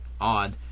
odd